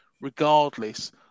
regardless